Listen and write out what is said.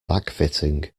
backfitting